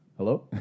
Hello